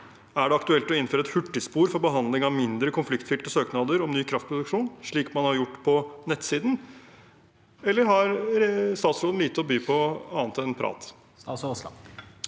Er det aktuelt å innføre et hurtigspor for behandling av mindre konfliktfylte søknader om ny kraftproduksjon, slik man har gjort på nettsiden, eller har statsråden lite å by på annet enn prat?